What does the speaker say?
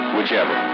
Whichever